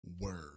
word